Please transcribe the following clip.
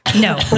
No